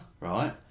right